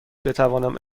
بتوانم